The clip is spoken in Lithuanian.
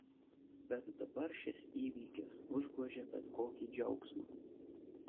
bet dabar šis įvykis užgožia bet kokį džiaugsmą